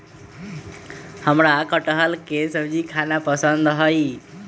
हमरा कठहल के सब्जी खाना पसंद हई